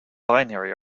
binary